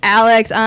alex